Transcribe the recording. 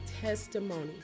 testimony